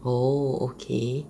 oh okay